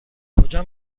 کجا